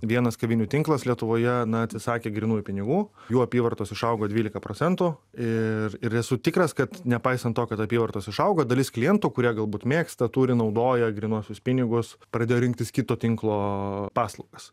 vienas kavinių tinklas lietuvoje na atsisakė grynųjų pinigų jų apyvartos išaugo dvylika procentų ir ir esu tikras kad nepaisant to kad apyvartos išaugo dalis klientų kurie galbūt mėgsta turi naudoja grynuosius pinigus pradėjo rinktis kito tinklo paslaugas